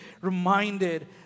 reminded